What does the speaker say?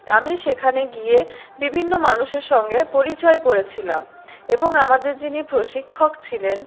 আমি সেখানে গিয়ে বিভিন্ন মানুষের সঙ্গে পরিচয় করেছিলাম এবং আমাদের যিনি প্রশিক্ষক ছিলেন